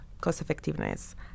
cost-effectiveness